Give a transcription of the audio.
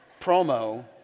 promo